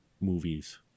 movies